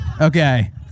Okay